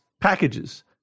packages